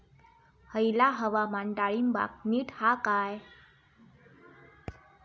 हयला हवामान डाळींबाक नीट हा काय?